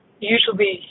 Usually